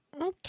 okay